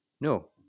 No